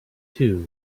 too